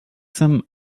some